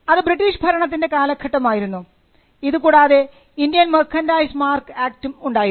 അത് ബ്രിട്ടീഷ് ഭരണത്തിൻറെ കാലഘട്ടമായിരുന്നു ഇതുകൂടാതെ ഇന്ത്യൻ മെർക്കന്റൈസ് മാർക്ക് ആക്ടും ഉണ്ടായിരുന്നു